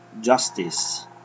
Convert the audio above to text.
justice